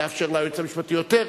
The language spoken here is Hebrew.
לאפשר ליועץ המשפטי יותר,